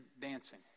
dancing